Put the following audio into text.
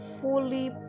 fully